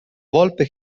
volpe